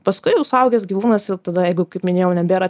paskui jau suaugęs gyvūnas ir tada jeigu kaip minėjau nebėra